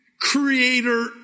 creator